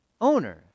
owner